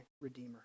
redeemer